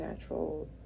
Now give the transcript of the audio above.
natural